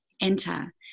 enter